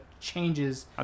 changes